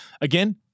again